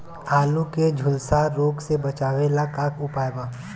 आलू के झुलसा रोग से बचाव ला का उपाय बा?